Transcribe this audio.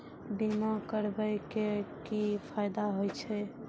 बीमा करबै के की फायदा होय छै?